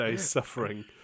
suffering